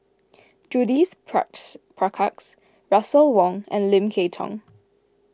Judith Prakash Russel Wong and Lim Kay Tong